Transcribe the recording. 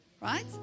right